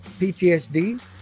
PTSD